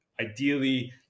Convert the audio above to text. ideally